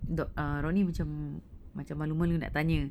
the err rodney macam macam malu-malu nak tanya